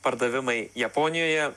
pardavimai japonijoje